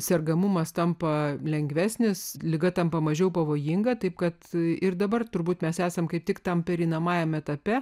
sergamumas tampa lengvesnis liga tampa mažiau pavojinga taip kad ir dabar turbūt mes esam kaip tik tam pereinamajame etape